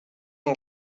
can